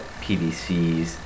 PVCs